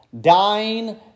dying